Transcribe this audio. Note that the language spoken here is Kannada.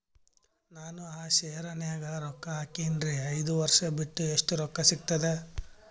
ನಾನು ಆ ಶೇರ ನ್ಯಾಗ ರೊಕ್ಕ ಹಾಕಿನ್ರಿ, ಐದ ವರ್ಷ ಬಿಟ್ಟು ಎಷ್ಟ ರೊಕ್ಕ ಸಿಗ್ತದ?